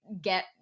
get